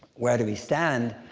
where do we stand?